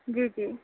جی جی